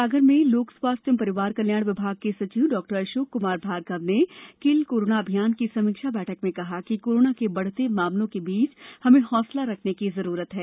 सागर में लोक स्वास्थ्य एवं परिवार कल्याण विभाग के सचिव डॉक्टर अशोक कुमार भार्गव ने किल कोरोना अभियान की समीक्षा बैठक में कहा कि कोरोना के बढ़ते मामलों के बीच हमें हौंसला रखने की जरूरत है